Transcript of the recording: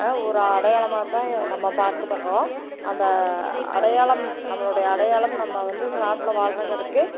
ஒரு அடையாளமாகத்தான் நம்ம பார்க்கப்படுறோம் அந்த அடையாளம் நம்மளுடைய அடையாளம் நம்ம வந்து இந்த நாட்டில் வாழ்கிறோங்கிறக்கு